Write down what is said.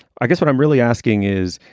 i guess what i'm really asking is,